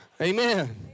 Amen